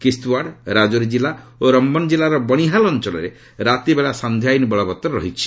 କିସ୍ତୱାଡ ରାଜୋରି ଜିଲ୍ଲା ଓ ରମ୍ଘନ ଜିଲ୍ଲାର ବଣିହାଲ ଅଞ୍ଚଳରେ ରାତିବେଳା ସାନ୍ଧ୍ୟ ଆଇନ୍ ବଳବତ୍ତର ରହିଛି